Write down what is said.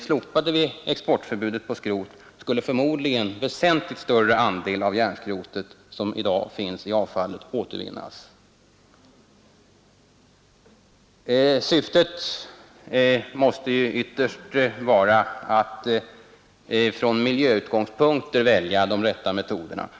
Slopade vi exportförbudet för skrot skulle förmodligen en väsentligt större andel av det järnskrot som i dag finns i avfallet återvinnas. Syftet måste ju ytterst vara att från miljöutgångspunkter välja de rätta metoderna.